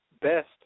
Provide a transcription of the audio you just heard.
best